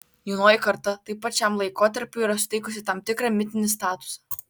jaunoji karta taip pat šiam laikotarpiui yra suteikusi tam tikrą mitinį statusą